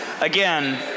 Again